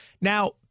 Now